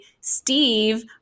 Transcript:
Steve